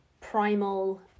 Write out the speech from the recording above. primal